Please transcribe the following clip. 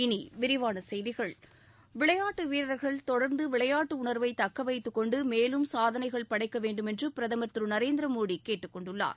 இனி விரிவான செய்திகள் விளையாட்டு வீரர்கள் தொடர்ந்து விளையாட்டு உணர்வை தக்க வைத்துக் கொண்டு மேலும் சாதனைகள் படைக்க வேண்டுமென்று பிரதமர் திரு நரேந்திர மோடி கேட்டுக் கொண்டுள்ளார்